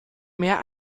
mehr